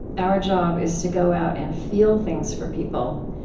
our job is to go out and feel things for people,